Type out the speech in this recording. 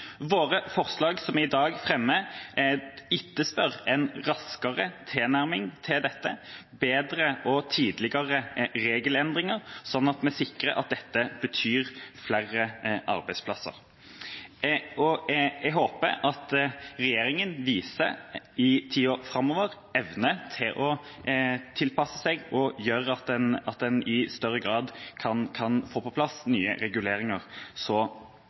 fremmer i dag, etterspør en raskere tilnærming til dette – bedre og tidligere regelendringer – sånn at vi sikrer at dette betyr flere arbeidsplasser. Jeg håper at regjeringa i tiår framover viser evne til å tilpasse seg og gjør at en i større grad kan få på plass nye reguleringer, så